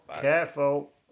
careful